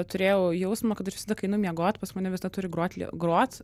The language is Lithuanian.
turėjau jausmą kad visada kai einu miegot pas mane visada turi groti lie grot